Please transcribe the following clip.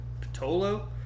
Patolo